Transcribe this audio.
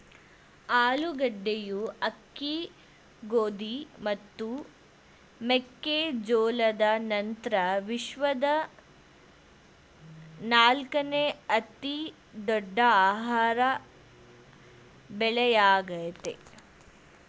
ಆಲೂಗಡ್ಡೆಯು ಅಕ್ಕಿ ಗೋಧಿ ಮತ್ತು ಮೆಕ್ಕೆ ಜೋಳದ ನಂತ್ರ ವಿಶ್ವದ ನಾಲ್ಕನೇ ಅತಿ ದೊಡ್ಡ ಆಹಾರ ಬೆಳೆಯಾಗಯ್ತೆ